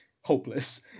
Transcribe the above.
hopeless